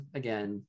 again